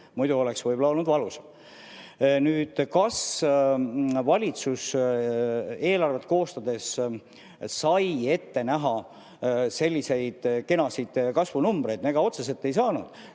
muidu oleks võib-olla olnud valus. Kas valitsus eelarvet koostades sai ette näha selliseid kenasid kasvunumbreid? Ega otseselt ei saanud.